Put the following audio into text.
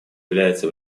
является